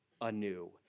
anew